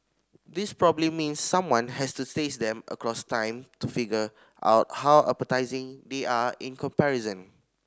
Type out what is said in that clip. this probably means someone has to taste them across time to figure out how appetising they are in comparison